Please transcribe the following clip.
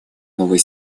новый